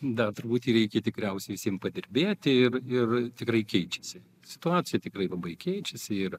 dar truputį reikia tikriausiai visiem padirbėti ir ir tikrai keičiasi situacija tikrai labai keičiasi ir